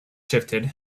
shifted